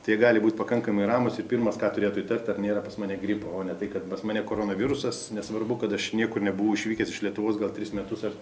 tai gali būt pakankamai ramūs ir pirmas ką turėtų įtart ar nėra pas mane gripo o ne tai kad pas mane koronavirusas nesvarbu kad aš niekur nebuvau išvykęs iš lietuvos gal tris metus ar